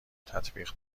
تطبیق